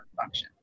functions